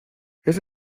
ese